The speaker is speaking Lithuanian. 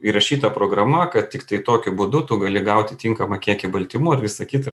įrašyta programa kad tiktai tokiu būdu tu gali gauti tinkamą kiekį baltymų ir visa kita